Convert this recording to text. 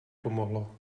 pomohlo